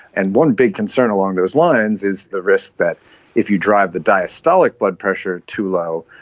and one big concern along those lines is the risk that if you drive the diastolic blood pressure too low,